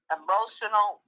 emotional